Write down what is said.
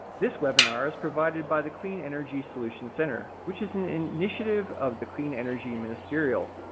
this webinar is provided by the clean energy solution center which is an initiative of the clean energy ministerial.